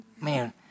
Man